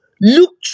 look